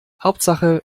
hauptsache